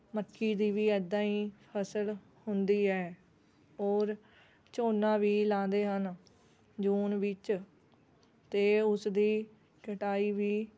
ਮੱਕੀ ਦੀ ਵੀ ਇੱਦਾਂ ਹੀ ਫਸਲ ਹੁੰਦੀ ਹੈ ਔਰ ਝੋਨਾ ਵੀ ਲਗਾਉਂਦੇ ਹਨ ਜੂਨ ਵਿੱਚ ਅਤੇ ਉਸ ਦੀ ਕਟਾਈ ਵੀ